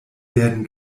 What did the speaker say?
werden